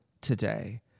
today